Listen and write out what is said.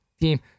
team